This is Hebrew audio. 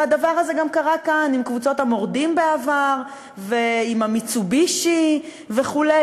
והדבר הזה גם קרה כאן עם קבוצות המורדים בעבר ועם ה"מיצובישי" וכו',